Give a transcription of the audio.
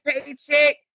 paycheck